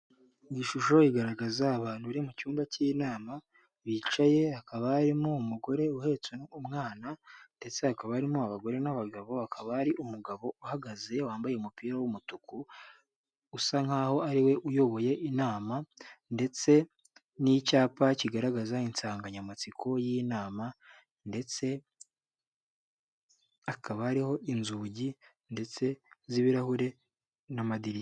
Iyi shusho igaragaza abantu bari mu cyumba cy'inama bicaye hakaba arimo umugore uhetse umwana ndetse akaba arimo abagore n'abagabo akaba, ari umugabo uhagaze wambaye umupira w'umutuku usa nkaho' ariwe uyoboye inama ndetse n'icyapa kigaragaza insanganyamatsiko y'inama. Ndetse akaba ari inzugi ndetse z'ibirahuri n'amadirishya.